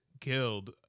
killed